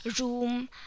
room